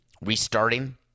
restarting